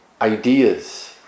ideas